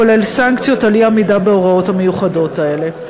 כולל סנקציות על אי-עמידה בהוראות המיוחדות האלה.